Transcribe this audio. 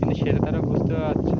মানে সেটা তারা বুঝতে পারছে না